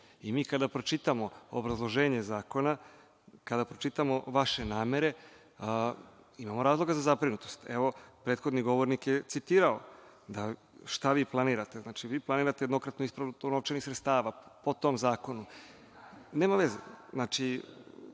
i kada pročitamo obrazloženje zakona, kada pročitamo vaše namere, imamo razloga za zabrinutost. Prethodni govornik je citirao šta vi planira. Vi planirate jednokratnu isplatu novčanih sredstava po tom zakonu. Molim vas,